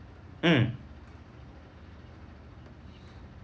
mm